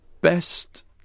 best